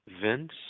Vince